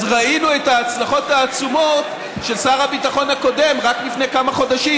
אז ראינו את ההצלחות העצומות של שר הביטחון הקודם רק לפני כמה חודשים.